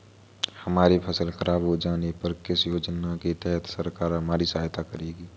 हमारी फसल खराब हो जाने पर किस योजना के तहत सरकार हमारी सहायता करेगी?